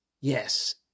Yes